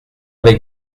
avec